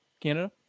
Canada